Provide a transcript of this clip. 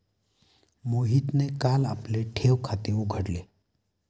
मोहितने काल आपले ठेव खाते उघडले